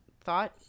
thought